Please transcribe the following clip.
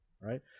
right